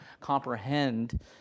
comprehend